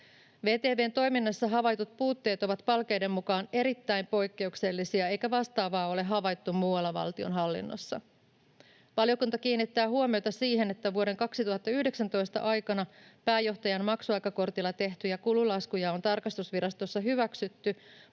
VTV:n toiminnassa havaitut puutteet ovat Palkeiden mukaan erittäin poikkeuksellisia, eikä vastaavaa ole havaittu muualla valtionhallinnossa. Valiokunta kiinnittää huomiota siihen, että vuoden 2019 aikana pääjohtajan maksuaikakortilla tehtyjä kululaskuja on tarkastusvirastossa hyväksytty